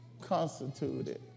constituted